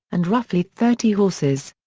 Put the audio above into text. and roughly thirty horses.